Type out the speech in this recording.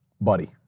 Buddy